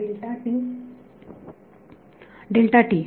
विद्यार्थी delta T